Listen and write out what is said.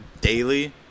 daily